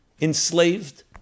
enslaved